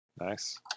Nice